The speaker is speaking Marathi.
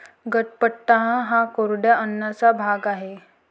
कडपह्नट हा कोरड्या अन्नाचा भाग आहे